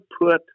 put